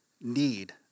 need